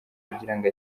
kugirango